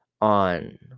on